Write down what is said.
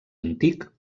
antic